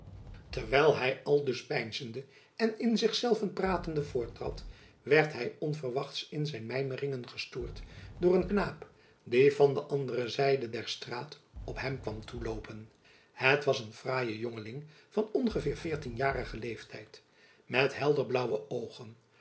terwijl hy aldus peinzende en in zich zelven pratende voorttrad werd hy onverwachts in zijn mijmeringen gestoord door een knaap die van de andere zijde der straat op hem kwam toegeloopen het was een fraaie jongeling van ongeveer veertienjarigen leeftijd met helder blaauwe oogen